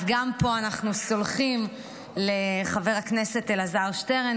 אז גם פה אנחנו סולחים לחבר הכנסת אלעזר שטרן.